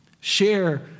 share